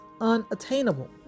unattainable